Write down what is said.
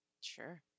Sure